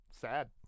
Sad